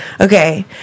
Okay